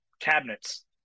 cabinets